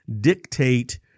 dictate